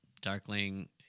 Darkling